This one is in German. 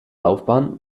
laufbahn